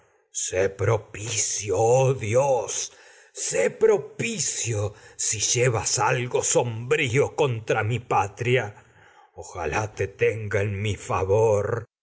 estruendo propicio oh dios se propicio si en llevas mi algo sombrío contra mi patria ojalá te tenga y no favor